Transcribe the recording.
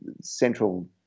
central